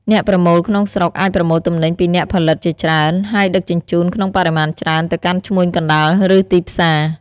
អ្នកប្រមូលក្នុងស្រុកអាចប្រមូលទំនិញពីអ្នកផលិតជាច្រើន ហើយដឹកជញ្ជូនក្នុងបរិមាណច្រើនទៅកាន់ឈ្មួញកណ្តាល ឬទីផ្សារ។